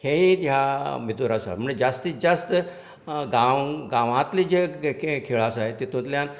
हेय ह्या भितर आसा म्हणल्यार ज्यास्ती ज्यास्त गांवांतले जे खेळ आसाय तितूंतल्यान